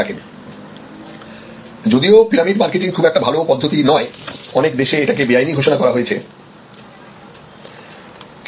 যদিও pyramid marketing খুব একটা ভাল পদ্ধতি নয় অনেক দেশে এটাকে বেআইনি ঘোষণা করা হয়েছে